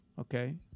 okay